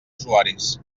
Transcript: usuaris